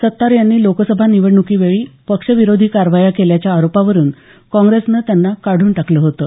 सत्तार यांनी लोकसभा निवडणुकीवेळी पक्षविरोधी कारवाया केल्याच्या आरोपावरून काँग्रेसनं त्यांना काढून टाकलं होतं